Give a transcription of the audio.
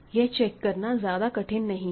यह चेक करना ज्यादा कठिन नहीं है